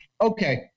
Okay